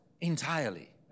entirely